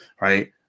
right